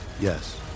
Yes